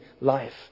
life